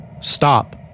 stop